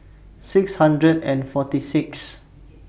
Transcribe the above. six hundred and forty six